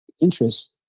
interest